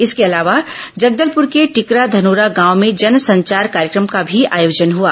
इसके अलावा जगदलपुर के टिकराधनोरा गांव में जनसंचार कार्यक्रम का भी आयोजन हुआ